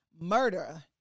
murder